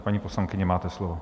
Paní poslankyně, máte slovo.